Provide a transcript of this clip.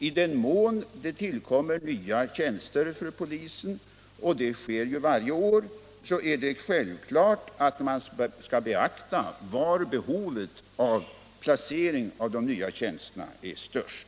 I den mån det tillkommer nya tjänster i distrikten — och det sker ju varje år — är det emellertid självklart att man skall beakta var behovet av de nya tjänsterna är störst.